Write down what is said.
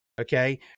Okay